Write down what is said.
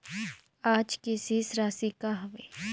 आज के शेष राशि का हवे?